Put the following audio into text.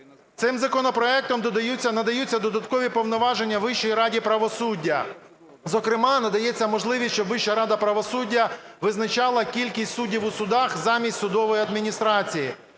Цим законопроектом надаються додаткові повноваження Вищій раді правосуддя. Зокрема, надається можливість, щоб Вища рада правосуддя визначала кількість суддів у судах замість судової адміністрації.